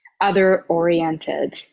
other-oriented